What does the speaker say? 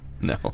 No